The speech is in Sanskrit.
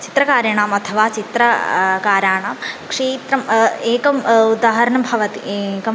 चित्रकाराणाम् अथवा चित्र काराणां क्षेत्रम् एकम् उदाहरणं भवति एकं